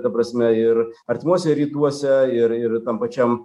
ta prasme ir artimuose rytuose ir ir tam pačiam